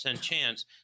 chance